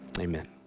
amen